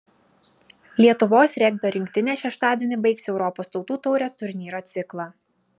lietuvos regbio rinktinė šeštadienį baigs europos tautų taurės turnyro ciklą